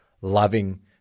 loving